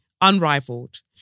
Unrivaled